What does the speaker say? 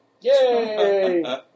Yay